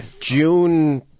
June